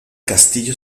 castillo